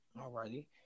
Alrighty